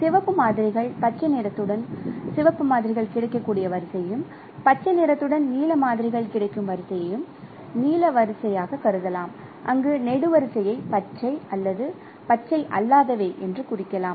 சிவப்பு மாதிரிகள் பச்சை நிறத்துடன் சிவப்பு மாதிரிகள் கிடைக்கக்கூடிய வரிசையையும் பச்சை நிறத்துடன் நீல மாதிரிகள் கிடைக்கும் வரிசையையும் நீல வரிசையாகக் கருதலாம் அங்கு நெடுவரிசையை பச்சை அல்லது பச்சை அல்லாதவை என்று குறிக்கலாம்